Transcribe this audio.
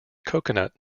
coconut